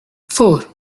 four